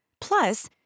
Plus